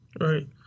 Right